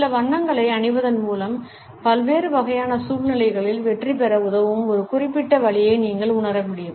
சில வண்ணங்களை அணிவதன் மூலம் பல்வேறு வகையான சூழ்நிலைகளில் வெற்றிபெற உதவும் ஒரு குறிப்பிட்ட வழியை நீங்கள் உணர முடியும்